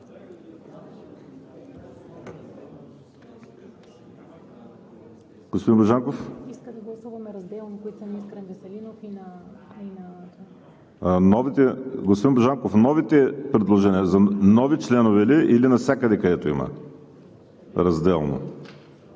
Господин Божанков, предложенията за нови членове или навсякъде, където има – разделно?